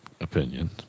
opinion